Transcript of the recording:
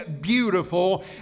beautiful